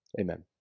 amen